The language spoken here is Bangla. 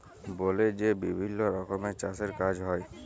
বলে যে বিভিল্ল্য রকমের চাষের কাজ হ্যয়